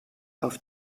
auf